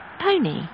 pony